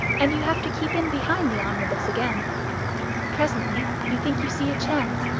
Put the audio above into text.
and you have to keep in behind the omnibus again presently you think you see a chance,